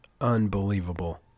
Unbelievable